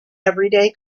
everyday